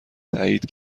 تأیید